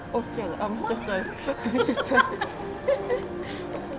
oh [siol] I'm so sorry a bit distracted